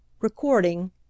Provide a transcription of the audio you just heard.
Recording